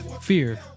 fear